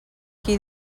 qui